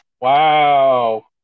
Wow